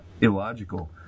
illogical